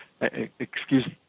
excuse